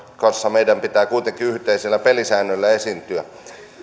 kanssa meidän pitää kuitenkin yhteisillä pelisäännöillä esiintyä